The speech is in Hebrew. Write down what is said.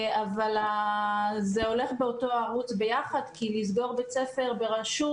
אבל זה הולך באותו ערוץ יחד כי במקרה של סגירת בית ספר ברשות,